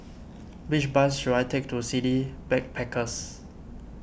which bus should I take to City Backpackers